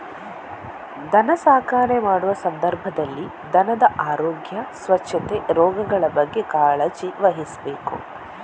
ದನ ಸಾಕಣೆ ಮಾಡುವ ಸಂದರ್ಭದಲ್ಲಿ ದನದ ಆರೋಗ್ಯ, ಸ್ವಚ್ಛತೆ, ರೋಗಗಳ ಬಗ್ಗೆ ಕಾಳಜಿ ವಹಿಸ್ಬೇಕು